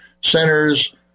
centers